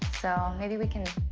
so maybe we can